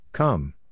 Come